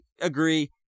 agree